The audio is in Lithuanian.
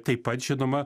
taip pat žinoma